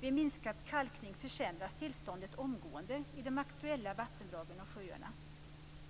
Vid en minskad kalkning försämras tillståndet omgående i de aktuella vattendragen och sjöarna.